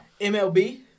MLB